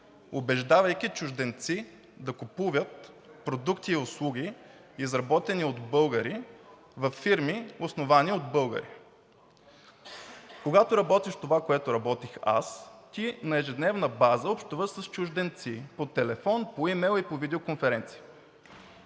убеждавайки чужденци да купуват продукти и услуги, изработени от българи във фирми, основани от българи. Когато работиш това, което работех аз, ти на ежедневна база общуваш с чужденци по телефон, по имейл, по видеоконференция.